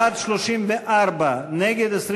בעד, 34, נגד, 23,